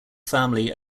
family